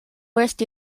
worst